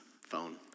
phone